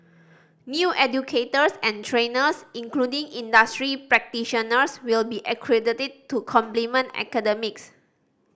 new educators and trainers including industry practitioners will be accredited to complement academics